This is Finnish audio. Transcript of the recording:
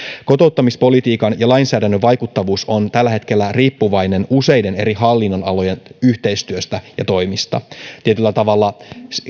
kotouttamispolitiikan ja lainsäädännön vaikuttavuus on tällä hetkellä riippuvainen useiden eri hallinnonalojen yhteistyöstä ja toimista tietyllä tavalla